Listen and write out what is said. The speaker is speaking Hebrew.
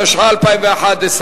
התשע"א 2011,